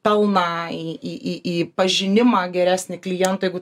pelną į į į į pažinimą geresnį klientų jeigu